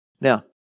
Now